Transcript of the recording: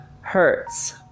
Hertz